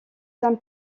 saint